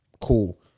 cool